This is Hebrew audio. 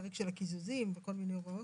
הפרק של הקיזוזים וכל מיני הוראות?